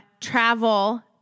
travel